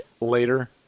later